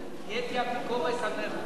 אנחנו נשתדל לעשות, קשה.